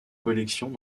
collections